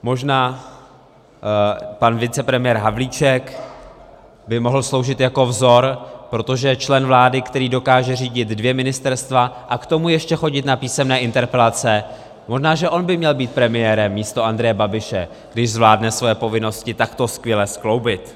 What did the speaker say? Možná pan vicepremiér Havlíček by mohl sloužit jako vzor, protože člen vlády, který dokáže řídit dvě ministerstva a k tomu ještě chodit na písemné interpelace, možná že on by měl být premiérem místo Andreje Babiše, když zvládne svoje povinnosti takto skvěle skloubit.